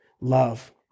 love